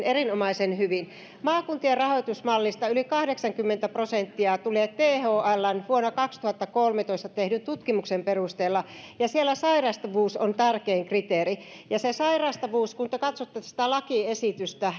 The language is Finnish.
erinomaisen hyvin että maakuntien rahoitusmallista yli kahdeksankymmentä prosenttia tulee thln vuonna kaksituhattakolmetoista tehdyn tutkimuksen perusteella ja siinä sairastavuus on tärkein kriteeri ja sen sairastavuuden osalta kun te katsotte sitä lakiesitystä